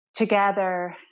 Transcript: together